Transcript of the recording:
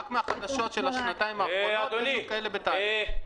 רק מהחדשות של השנתיים האחרונות --- כאלה בתהליך.